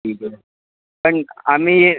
ठीक आहे पण आम्ही